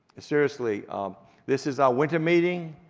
seriously, um this is our winter meeting,